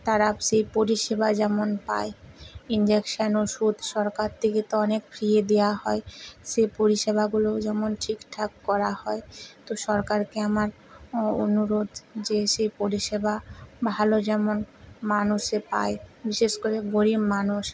তারা সেই পরিষেবা যেমন পায় ইনজেকশান ওষুধ সরকার থেকে তো অনেক ফ্রিতে দেয়া হয় সে পরিষেবাগুলো যেমন ঠিকঠাক করা হয় তো সরকারকে আমার অনুরোধ যে সেই পরিষেবা ভালো যেমন মানুষে পায় বিশেষ করে গরিব মানুষ